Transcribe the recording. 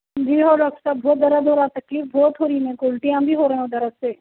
جی ہَو ڈاکٹر صاحب بہت درد ہو رہا تکلیف بہت ہو رہی ہے میرے کو الٹیاں بھی ہو رہا درد سے